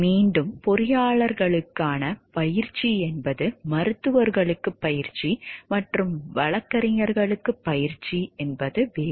மீண்டும் பொறியாளர்களுக்கான பயிற்சி என்பது மருத்துவர்களுக்குப் பயிற்சி மற்றும் வழக்கறிஞர்களுக்குப் பயிற்சி வேறு